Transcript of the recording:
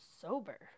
sober